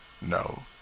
No